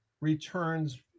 returns